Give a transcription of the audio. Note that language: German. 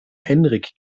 henrik